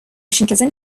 shinkansen